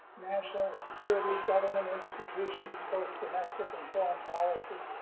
national security government institutions both domestic and foreign policy,